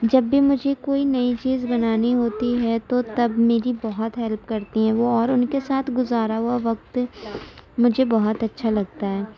جب بھی مجھے کوئی نئی چیز بنانی ہوتی ہے تو تب میری بہت ہیلپ کرتی ہیں وہ اور ان کے ساتھ گزارا ہوا وقت مجھے بہت اچھا لگتا ہے